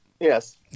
Yes